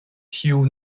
tiu